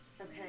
Okay